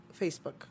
Facebook